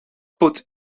put